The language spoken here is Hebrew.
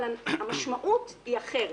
אבל המשמעות היא אחרת,